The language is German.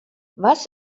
was